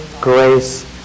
grace